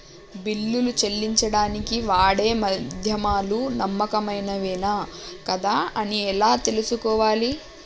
బిల్లులు చెల్లించడానికి వాడే మాధ్యమాలు నమ్మకమైనవేనా కాదా అని ఎలా తెలుసుకోవాలే?